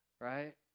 right